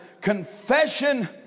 confession